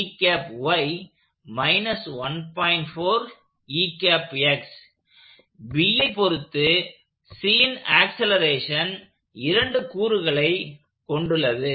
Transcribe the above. Bஐ பொருத்து Cன் ஆக்சலேரேஷன் இரண்டு கூறுகளை கொண்டுள்ளது